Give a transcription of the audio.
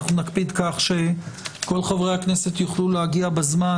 נקפיד שכל חברי הכנסת יוכלו להגיע בזמן